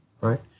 Right